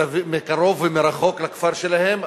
קרוב ורחוק מהכפר שלהם,